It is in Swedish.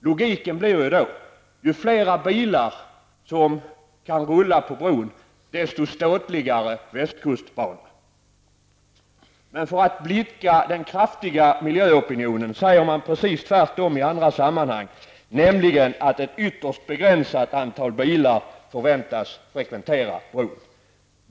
Logiken blir ju då: Ju fler bilar som kan rulla på bron, desto ståtligare västkustbana. Men för att blidka den kraftiga miljöopinionen säger man precis tvärtom i andra sammanhang, nämligen att ett ytterst begränsat antal bilar förväntas frekventera bron.